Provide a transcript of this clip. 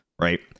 Right